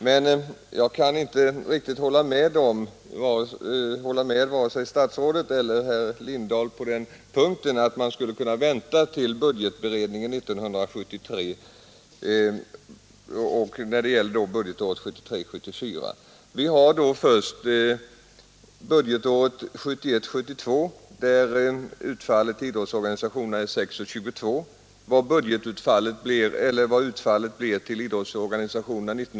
Men jag kan inte riktigt hålla med vare sig statsrådet eller herr Lindahl, när de säger att man skulle kunna vänta till budgetberedningen för budgetåret 1973 72, då utfallet för idrottsorganisationerna var 6:22 kronor. Vi vet inte heller ännu utfallet 1972/73 för idrottsorganisationerna.